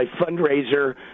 fundraiser